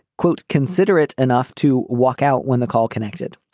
quote, considerate enough to walk out when the call connected,